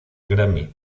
grammy